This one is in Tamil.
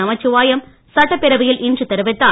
நமச்சிவாயம் சட்டப்பேரவையில் இன்று தெரிவித்தார்